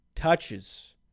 touches